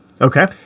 Okay